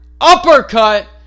uppercut